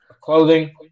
clothing